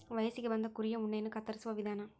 ವಯಸ್ಸಿಗೆ ಬಂದ ಕುರಿಯ ಉಣ್ಣೆಯನ್ನ ಕತ್ತರಿಸುವ ವಿಧಾನ